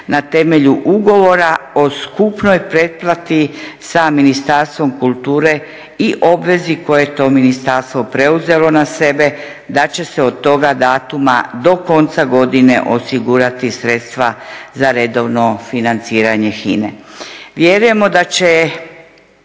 na temelju ugovora o skupnoj pretplati sa Ministarstvom kulture i obveza koje je to ministarstvo preuzelo na sebe da će se od toga datuma do konca godine osigurati sredstva za redovno financiranje HINA-e. Vjerujemo da će